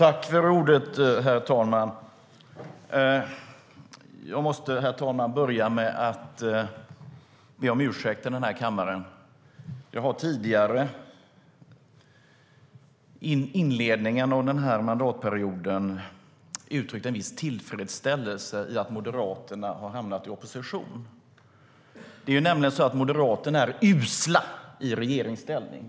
Herr talman! Jag måste börja med att be om ursäkt i den här kammaren. Jag har tidigare, i inledningen av den här mandatperioden, uttryckt en viss tillfredsställelse över att Moderaterna har hamnat i opposition. Det är nämligen så att Moderaterna är usla i regeringsställning.